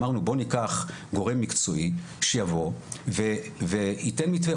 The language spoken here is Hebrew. אמרנו בוא ניקח גורם מקצועי שיבוא וייתן מתווה,